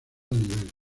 nivel